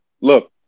look